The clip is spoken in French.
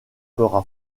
fera